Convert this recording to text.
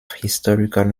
historical